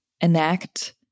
enact